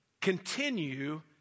continue